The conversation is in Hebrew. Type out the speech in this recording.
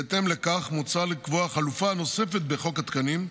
בהתאם לכך, מוצע לקבוע חלופה נוספת בחוק התקנים,